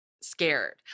scared